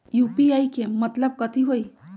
UPI के मतलब कथी होई?